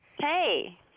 Hey